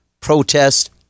protest